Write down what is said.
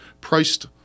priced